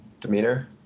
demeanor